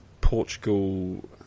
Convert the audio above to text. Portugal